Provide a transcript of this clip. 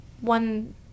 one